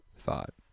thought